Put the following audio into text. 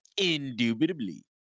Indubitably